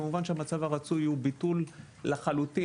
כמובן שהמצב הרצוי הוא ביטול לחלוטין,